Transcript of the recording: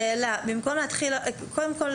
שאלה: קודם כל,